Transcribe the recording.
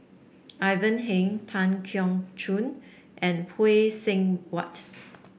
Ivan Heng Tan Keong Choon and Phay Seng Whatt